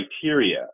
criteria